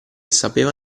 sapeva